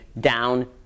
down